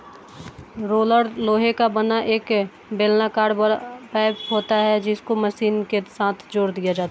roller लोहे का बना एक बेलनाकर बड़ा पाइप होता है जिसको मशीन के साथ जोड़ दिया जाता है